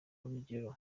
urugero